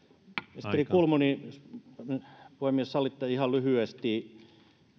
ministeri kulmuni puhemies jos sallitte ihan lyhyesti